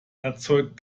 erzeugt